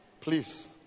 Please